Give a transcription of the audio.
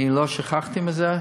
אני לא שכחתי מזה.